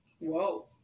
Whoa